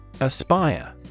Aspire